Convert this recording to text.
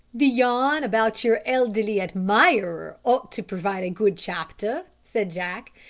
the yarn about your elderly admirer ought to provide a good chapter, said jack,